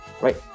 right